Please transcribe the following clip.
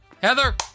Heather